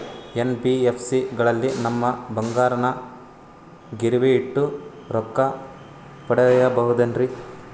NBFC ಗಳಲ್ಲಿ ನಮ್ಮ ಬಂಗಾರನ ಗಿರಿವಿ ಇಟ್ಟು ರೊಕ್ಕ ಪಡೆಯಬಹುದೇನ್ರಿ?